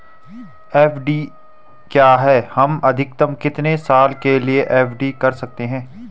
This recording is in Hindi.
एफ.डी क्या है हम अधिकतम कितने साल के लिए एफ.डी कर सकते हैं?